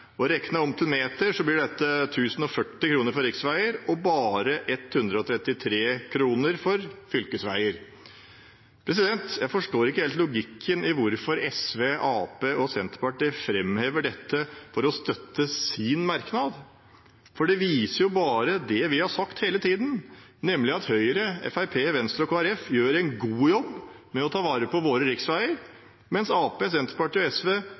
det nytta om lag 11 mrd. kroner til drift av riksvegane, mot 5 mrd. kroner til drift av fylkesvegnettet. Rekna i meter vert dette 1 040 kr/meter for riksveg og 133 kr/meter for fylkesveg.» Jeg forstår ikke helt logikken i hvorfor SV, Arbeiderpartiet og Senterpartiet framhever dette for å støtte sin merknad, for det viser bare det vi har sagt hele tiden, nemlig at Høyre, Fremskrittspartiet, Venstre og Kristelig Folkeparti gjør en god jobb med å ta vare på våre riksveier,